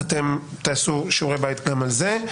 אתם תעשו שיעורי בית גם על זה.